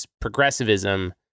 progressivism